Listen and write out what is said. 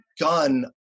gun